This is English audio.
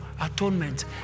Atonement